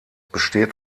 besteht